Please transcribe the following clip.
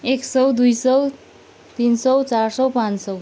एक सौ दुई सौ तिन सौ चार सौ पाँच सौ